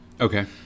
Okay